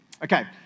Okay